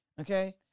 Okay